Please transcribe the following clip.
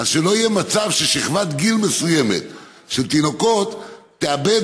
אז שלא יהיה מצב ששכבת גיל מסוימת של תינוקות תאבד